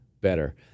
better